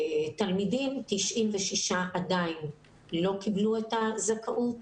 תלמידים, 96 עדיין לא קיבלו את הזכאות.